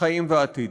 חיים ועתיד.